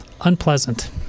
Unpleasant